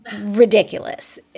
ridiculous